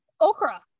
okra